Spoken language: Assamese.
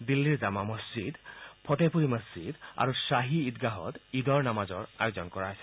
দিল্লীৰ জামা মছজিদ ফটেহপুৰী মছজিদ আৰু ছাহী ঈদগাহত ঈদৰ নামাজৰ আয়োজন কৰা হৈছে